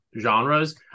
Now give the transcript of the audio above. genres